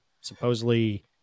supposedly